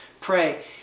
pray